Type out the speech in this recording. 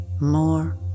more